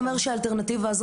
אף אחד לא אומר שהאלטרנטיבה הזו